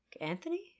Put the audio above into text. Anthony